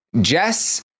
Jess